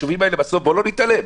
בואו לא נתעלם,